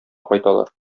кайталар